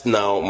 now